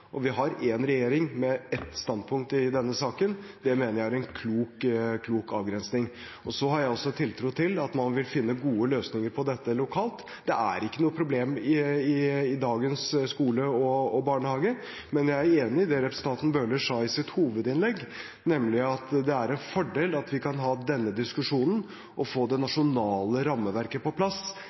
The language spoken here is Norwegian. og vi har én regjering med ett standpunkt i denne saken, er en klok avgrensning. Så har jeg også tiltro til at man vil finne gode løsninger på dette lokalt. Det er ikke noe problem i dagens skole og barnehage. Men jeg er enig i det representanten Bøhler sa i sitt hovedinnlegg, nemlig at det er en fordel at vi kan ha denne diskusjonen og få det nasjonale rammeverket på plass